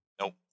Nope